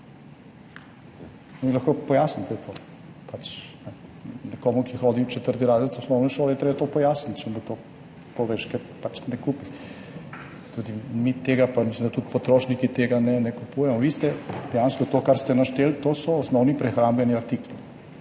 lahko pojasnite to? Pač nekomu, ki hodi v 4. razred osnovne šole, je treba to pojasniti, če mu to poveš, ker pač tudi mi tega pa mislim, da tudi potrošniki tega ne kupujemo. Vi ste dejansko to, kar ste našteli, to so osnovni prehrambeni artikli.